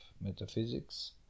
Metaphysics